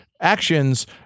actions